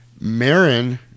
Marin